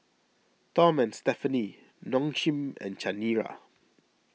Tom and Stephanie Nong Shim and Chanira